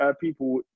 people